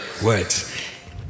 words